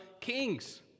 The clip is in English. kings